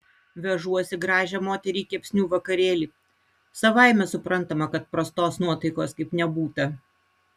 vežuosi gražią moterį į kepsnių vakarėlį savaime suprantama kad prastos nuotaikos kaip nebūta